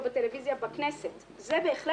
תקינות העבודה בוועדות הכנסת זה הערך